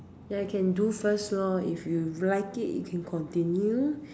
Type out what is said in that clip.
ya you can do first loh if you like it if you continue